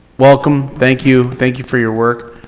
welcome. thank you. thank you for your work.